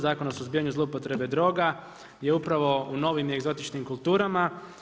Zakon o suzbijanju zloupotrebe droga je upravo u novim egzotičnim kulturama.